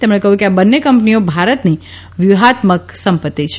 તેમણે કહ્યું કે આ બંને કંપનીઓ ભારતની વ્યૂહાત્મક સંપત્તિ છે